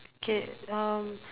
mm K um